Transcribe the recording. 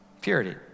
purity